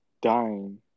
dying